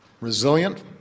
resilient